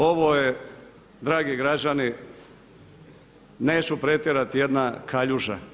Ovo je, dragi građani, neću pretjerati, jedna kaljuža.